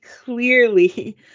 clearly